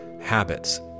habits